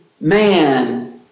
man